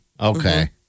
Okay